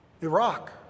Iraq